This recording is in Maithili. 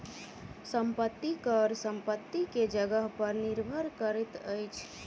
संपत्ति कर संपत्ति के जगह पर निर्भर करैत अछि